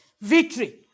victory